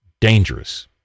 Dangerous